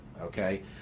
okay